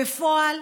בפועל,